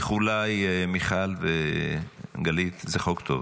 איחוליי, מיכל וגלית, זה חוק טוב.